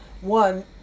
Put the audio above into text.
one